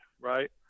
right